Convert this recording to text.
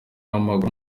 w’amaguru